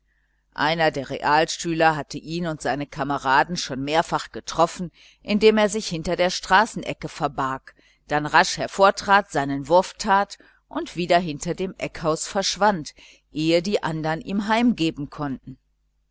einer der realschüler hatte ihn und seine kameraden schon mehrfach getroffen indem er sich hinter der straßenecke verbarg dann rasch hervortrat seinen wurf tat und wieder hinter dem eckhaus verschwand ehe die anderen ihm heimgeben konnten